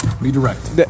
redirect